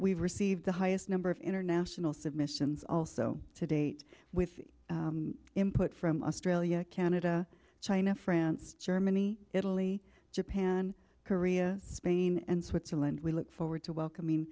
we've received the highest number of international submissions also to date with input from australia canada china france germany italy japan korea spain and switzerland we look forward to welcoming